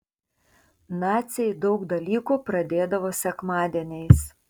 naciai daug dalykų pradėdavo sekmadieniais